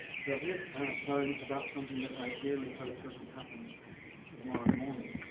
so here's a poem about something that i dearly hope doesn't happen tomorrow morning,